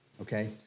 Okay